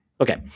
Okay